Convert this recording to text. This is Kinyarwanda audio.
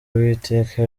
uwiteka